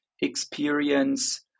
experience